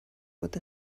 with